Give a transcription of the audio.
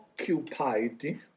occupied